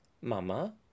»Mama«